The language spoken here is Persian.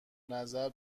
نظر